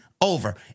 Over